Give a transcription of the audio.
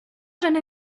jeune